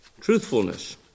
truthfulness